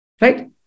right